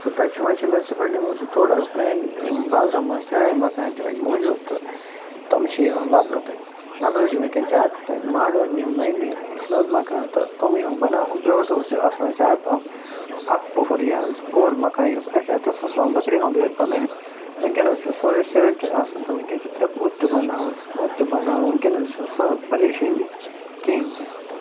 تہٕ تَتہِ چھُ وۄنۍ چھُ منسپٔلٹی موٗجوٗب تھوڑا پرٛانہِ یِم بازرَن منٛز پرٛٲنۍ مکان تہِ وۄنۍ موجوٗد تہٕ تِم چھِ یِوان لَبنہٕ تَتہِ نَتہٕ حظ چھِ وٕنکٮ۪س زیادٕ تَتہِ ماڈٔرٕن یِم نٔے نٔے یہِ چھِ نہٕ حظ مکان تہٕ تٕمٕے ہُنٛد بَناونہٕ برونٛٹھ اوس یہِ آسان زیادٕ پَہَم اَکھ پوٚہَر یا زٕ پوٚہَر مکان یہِ اوس اَسہِ یا تہٕ اوس آسان لٔکرِ ہُنٛدُے یوت بَنٲیِتھ وٕنکٮ۪نَس چھِ سورُے سِمِٹٕڈ آسان تہٕ وٕنکٮ۪ن چھِ ترٛےٚ پوٚہَر تہِ بَناوان زٕ پوٚہَر تہِ بَناوان وٕنکٮ۪نَس حظ چھِنہٕ سۄ پَریشٲنی کِہیٖنۍ تہِ نہٕ